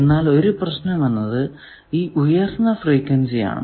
എന്നാൽ ഒരു പ്രശ്നം എന്നത് ഈ ഉയർന്ന ഫ്രീക്വെൻസി ആണ്